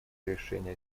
решения